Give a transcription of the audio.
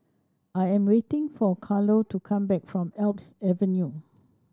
I am waiting for Carlo to come back from Alps Avenue